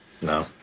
No